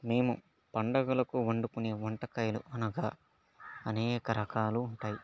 మేము పండగలకు వండుకునే వంటకాయలు అనగా అనేక రకాలు ఉంటాయి